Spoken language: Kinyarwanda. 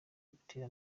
butera